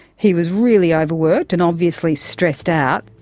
he was really overworked and obviously stressed out.